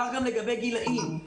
כך גם לגבי גילאים.